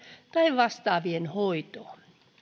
tai vastaavien hoitoon